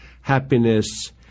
happiness